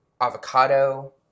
avocado